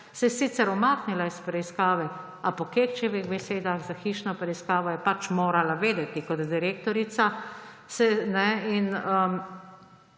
Se je sicer umaknila iz preiskave, a po Kekčevih besedah za hišno preiskavo je pač morala vedeti kot direktorica.